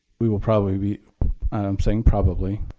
we will probably be i'm saying probably.